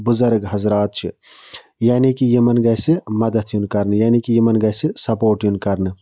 بُزَرٕگ حضرات چھِ یعنی کہِ یِمَن گَژھِ مَدَتھ یُن کَرنہٕ یعنی کہِ یِمَن گَژھِ سَپوٹ یُن کَرنہٕ